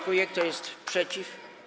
Kto jest przeciw?